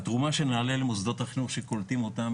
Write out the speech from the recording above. התרומה של נעל"ה למוסדות החינוך שקולטים אותם